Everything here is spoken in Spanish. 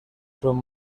son